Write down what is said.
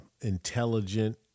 intelligent